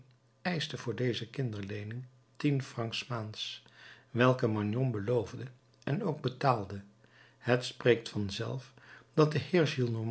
eischte voor deze kinderleening tien francs s maands welke magnon beloofde en ook betaalde het spreekt vanzelf dat de